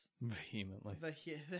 Vehemently